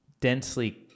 densely